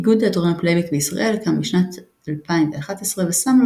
איגוד תיאטרון הפלייבק בישראל קם בשנת 2011 ושם לו